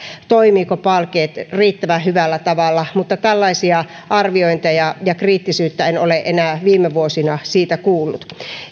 toimiiko palkeet riittävän hyvällä tavalla mutta tällaisia arviointeja ja kriittisyyttä en ole enää viime vuosina siitä kuullut